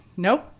nope